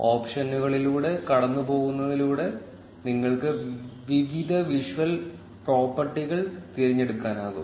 ഓപ്ഷനുകളിലൂടെ കടന്നുപോകുന്നതിലൂടെ നിങ്ങൾക്ക് വിവിധ വിഷ്വൽ പ്രോപ്പർട്ടികൾ തിരഞ്ഞെടുക്കാനാകും